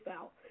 out